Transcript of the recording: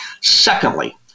Secondly